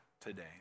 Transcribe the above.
today